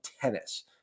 Tennis